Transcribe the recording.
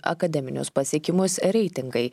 akademinius pasiekimus reitingai